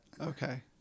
Okay